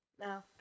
no